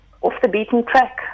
off-the-beaten-track